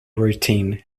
routine